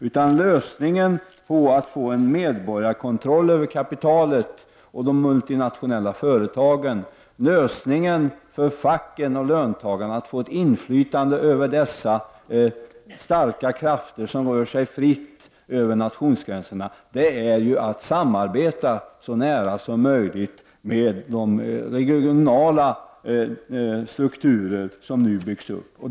En möjlighet till medborgarkontroll över kapitalet och de multinationella företagen och en möjlighet för facken och löntagarna att få ett inflytande över dessa starka krafter som rör sig fritt över nationsgränserna kan endast uppnås genom att vi samarbetar så nära som möjligt med de regionala strukturer som nu byggs upp.